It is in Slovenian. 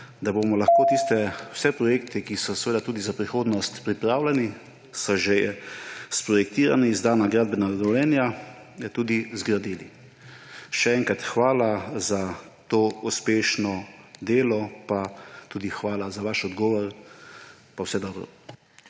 da bomo lahko vse projekte, ki so za prihodnost pripravljeni, so že sprojektirani, izdana gradbena dovoljenja, tudi zgradili. Še enkrat hvala za to uspešno delo pa tudi hvala za vaš odgovor pa vse dobro.